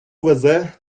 везе